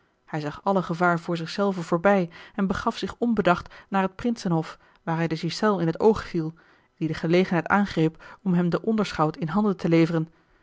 hij zag alle gevaar voor zich zelven voorbij en begaf zich onbedacht naar het prinsenhof waar hij de ghiselles in het oog viel die de gelegenheid aangreep om hem den onderschout in handen te leveren